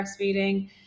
breastfeeding